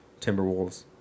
Timberwolves